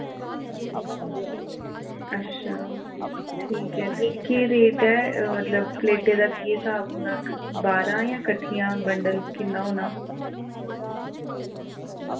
अच्छा ठीक ऐ ते केह् रेट ऐ मतलब प्लेटे दा केह् स्हाब होंदा बारां यां कट्ठियां बंडल किन्ना होना